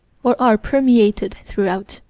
or are permeated throughout.